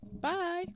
Bye